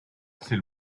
c’est